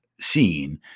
seen